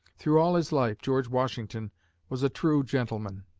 through all his life, george washington was a true gentleman.